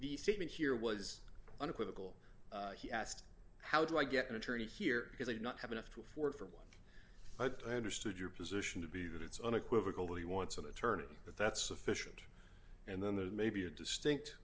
the statement here was unequivocal he asked how do i get an attorney here because i did not have enough to afford for one but i understood your position to be that it's unequivocal that he wants an attorney but that's sufficient and then there may be a distinct